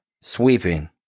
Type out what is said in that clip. Sweeping